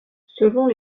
selon